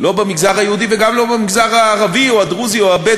לא במגזר היהודי וגם לא במגזר הערבי או הדרוזי או הבדואי,